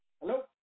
hello